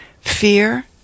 fear